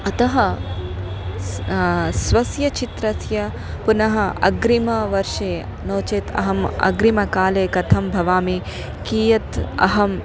अतः स् स्वस्य चित्रस्य पुनः अग्रिमवर्षे नो चेत् अहम् अग्रिमकाले कथं भवामि कियत् अहं